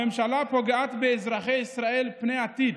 הממשלה פוגעת באזרחי ישראל פני עתיד.